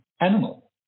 animal